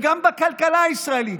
גם בכלכלה הישראלית,